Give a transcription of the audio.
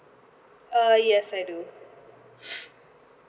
err yes I do